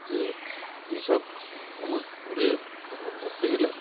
যে এই সব কোনো দূরে ভ্রমণ করতে গেলে